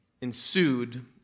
ensued